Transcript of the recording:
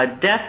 death